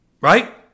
Right